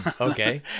okay